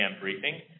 briefing